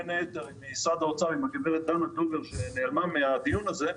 ובין היתר עם הגברת דנה דובר ממשרד האוצר שנעלמה מהדיון הזה,